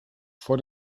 vor